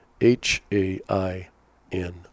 H-A-I-N